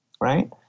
right